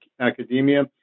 academia